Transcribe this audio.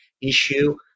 issue